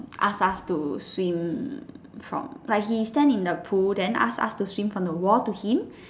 ask us to swim from like he stand in pool then ask us to swim from the wall to him